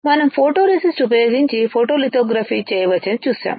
మనం ఫోటోరేసిస్ట్ ఉపయోగించి ఫోటోలిథోగ్రఫీని చేయ వచ్చని చూసాము